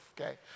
okay